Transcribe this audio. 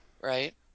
right